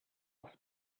off